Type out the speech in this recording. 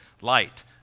Light